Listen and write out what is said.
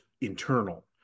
internal